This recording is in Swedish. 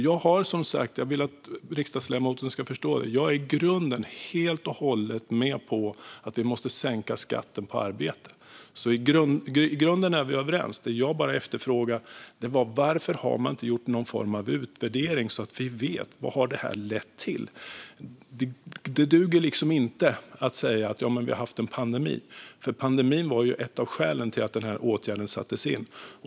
Jag vill att riksdagsledamoten ska förstå att jag är helt och hållet med på att vi måste sänka skatten på arbete, så i grunden är vi överens. Det jag efterfrågar är varför ingen utvärdering har gjorts så att vi kan se vad detta har lett till. Det duger inte att säga att vi har haft en pandemi, för pandemin var ett av skälen till att åtgärden sattes in.